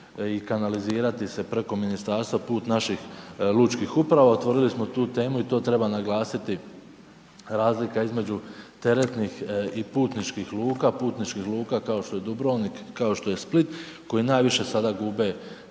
i kanalizirati se preko ministarstva put naših lučkih uprava. Otvorili smo tu temu i to treba naglasiti, razlika između teretnih i putničkih luka, putničkih luka, kao što je Dubrovnik, kao što je Split, koji najviše sada gube